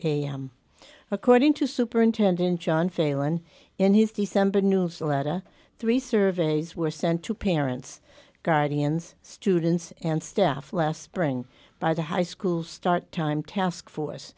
am according to superintendent john failon in his december newsletter three surveys were sent to parents guardians students and staff last spring by the high school start time task force